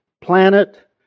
planet